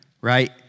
right